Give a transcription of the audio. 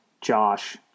Josh